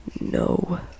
No